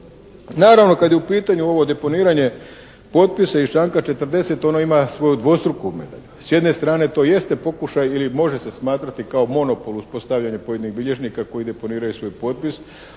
Naravno, kad je u pitanju ovo deponiranje potpisa iz članka 40. ono ima svoju dvostruku medalju. S jedne strane to jeste pokušaj ili može se smatrati kao monopol uspostavljanja pojedinih bilježnika koji deponiraju svoj potpis